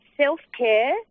self-care